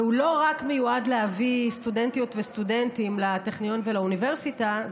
והוא לא מיועד רק להביא סטודנטיות וסטודנטים לטכניון ולאוניברסיטה,